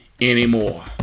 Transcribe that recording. anymore